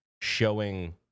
showing